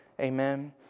Amen